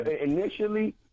initially